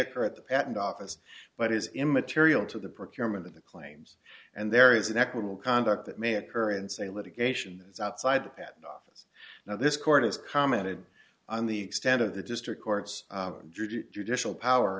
occur at the patent office but is immaterial to the procurement of the claims and there is an equitable conduct that may occur and say litigation is outside the patent office now this court has commented on the extent of the district court's judicial power